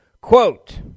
Quote